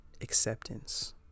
acceptance